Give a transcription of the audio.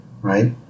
Right